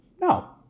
No